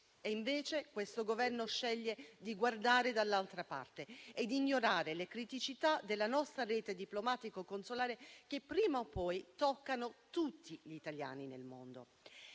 futuro. Questo Governo sceglie invece di guardare dall'altra parte ed ignorare le criticità della nostra rete diplomatico-consolare che prima o poi toccano tutti gli italiani nel mondo.